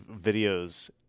videos